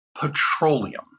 petroleum